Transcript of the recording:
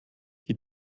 die